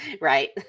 Right